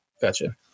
gotcha